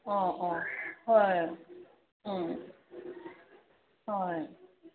ꯑꯥ ꯑꯥ ꯍꯣꯏ ꯎꯝ ꯍꯣꯏ